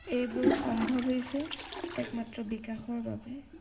এইবোৰ সম্ভৱ হৈছে একমাত্ৰ বিকাশৰ বাবে